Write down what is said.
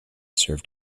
served